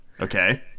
okay